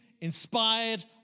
inspired